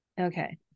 okay